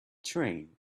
train